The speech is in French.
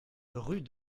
rue